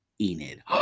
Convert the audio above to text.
Enid